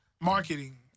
Marketing